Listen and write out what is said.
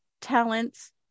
talents